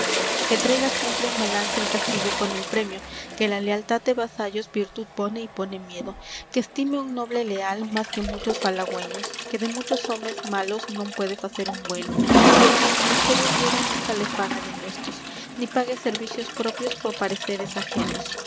que traiga siempre en balanza el castigo con el premio que la lealtad de vasallos virtud pone y pone miedo que estime un noble leal más que muchos falagüeños que de muchos homes malos non puede facer un bueno y á quien menester hubiere nunca le faga denuestos ni pague servicios propios por pareceres ajenos